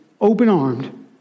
open-armed